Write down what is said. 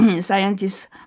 scientists